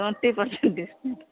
twenty percent discount